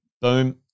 Boom